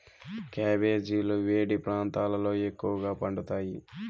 క్యాబెజీలు వేడి ప్రాంతాలలో ఎక్కువగా పండుతాయి